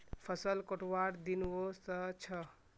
फसल कटवार दिन व स छ